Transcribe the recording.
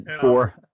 four